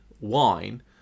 wine